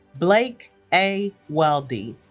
blake a. weldy